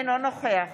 אינו נוכח